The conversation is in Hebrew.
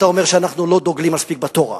אתה אומר שאנחנו לא דוגלים מספיק בתורה.